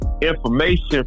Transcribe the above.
information